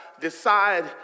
decide